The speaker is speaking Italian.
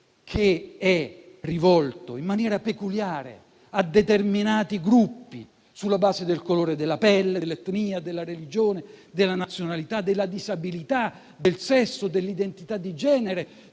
che è rivolto in maniera peculiare a determinati gruppi, sulla base del colore della pelle, dell'etnia, della religione, della nazionalità, della disabilità, del sesso, dell'identità di genere,